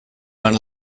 one